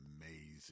amazing